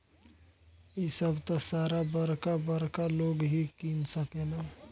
इ सभ त सारा बरका बरका लोग ही किन सकेलन